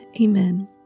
Amen